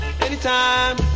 Anytime